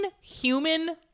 human